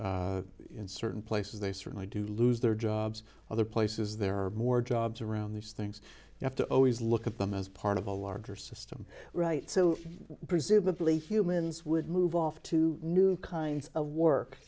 around in certain places they certainly do lose their jobs other places there are more jobs around these things you have to always look at them as part of a larger system right so presumably humans would move off to new kinds of work